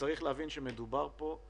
צריך להבין שמדובר פה גם